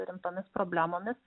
rimtomis problemomis